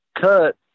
cut